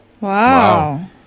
Wow